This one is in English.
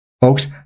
Folks